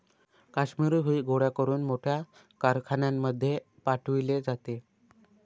काश्मिरी हुई गोळा करून मोठ्या कारखान्यांमध्ये पाठवले जाते